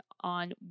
on